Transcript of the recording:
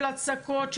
של הצקות,